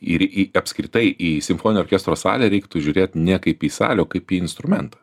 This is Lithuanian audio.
ir į apskritai į simfoninio orkestro salę reiktų žiūrėt ne kaip į salę o kaip į instrumentą